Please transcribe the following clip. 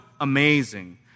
amazing